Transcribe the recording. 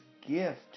gift